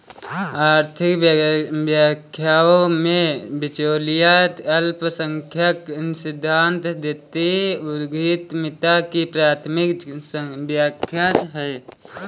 आर्थिक व्याख्याओं में, बिचौलिया अल्पसंख्यक सिद्धांत जातीय उद्यमिता की प्राथमिक व्याख्या है